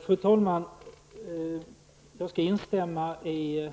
Fru talman! Jag skall instämma i